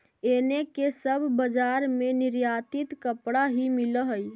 एने के सब बजार में निर्यातित कपड़ा ही मिल हई